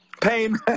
Pain